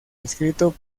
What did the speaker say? escrito